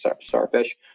Starfish